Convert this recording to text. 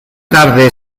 tarde